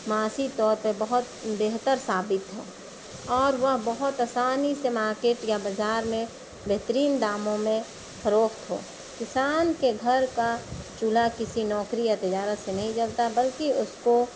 معاشی طور پہ بہت بہتر ثابت ہو اور وہ بہت آسانی سے مارکیٹ یا بازار میں بہترین داموں میں فروخت ہو کسان کے گھر کا چولہا کسی نوکری یا تجارت سے نہیں جلتا بلکہ اُس کو